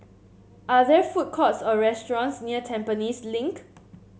are there food courts or restaurants near Tampines Link